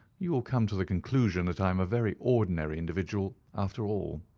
you will come to the conclusion that i am a very ordinary individual after all.